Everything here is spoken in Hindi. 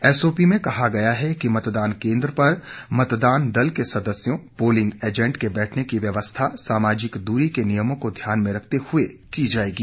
एसओपी में कहा गया है कि मतदान केन्द्र पर मतदान दल के सदस्यों पोलिंग एजेंट के बैठने की व्यवस्था सामाजिक दूरी के नियमों को ध्यान में रखते हुए की जाएगी